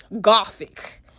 gothic